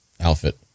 outfit